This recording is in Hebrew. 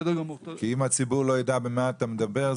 אם הציבור לא ידע במה אתה מדבר,